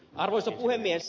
arvoisa puhemies